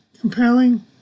compelling